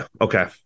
okay